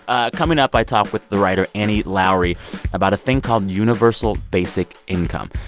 ah coming up, i talk with the writer annie lowrey about a thing called universal basic income.